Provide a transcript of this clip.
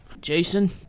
jason